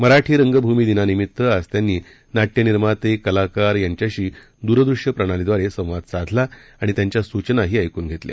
मराठी रंगभूमीदिनानिमित्त आज त्यांनी ना िनिर्माते कलाकार यांच्याशी दूरदृश्य प्रणालीद्वारे संवाद साधला आणि त्यांच्या सूचनाही ऐकून घेतल्या